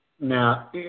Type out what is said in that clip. Now